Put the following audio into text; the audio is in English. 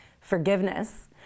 forgiveness